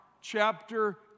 chapter